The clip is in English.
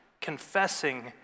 Confessing